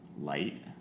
Light